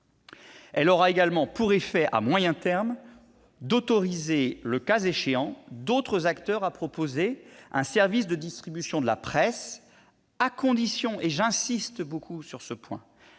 Elle aura également pour effet, à moyen terme, d'autoriser, le cas échéant, d'autres acteurs à proposer un service de distribution de la presse, à condition- je veux insister sur ce point